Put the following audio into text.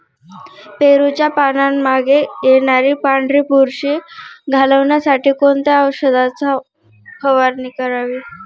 पेरूच्या पानांमागे येणारी पांढरी बुरशी घालवण्यासाठी कोणत्या औषधाची फवारणी करावी?